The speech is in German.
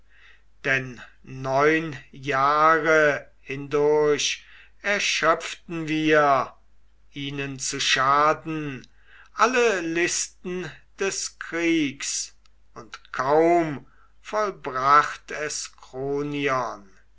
denn neun jahre hindurch erschöpften wir ihnen zu schaden alle listen des kriegs und kaum vollbracht es